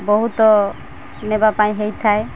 ବହୁତ ନେବା ପାଇଁ ହେଇଥାଏ